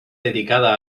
dedicada